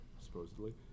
supposedly